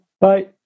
Bye